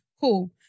Cool